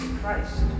Christ